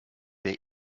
der